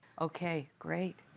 ok, great.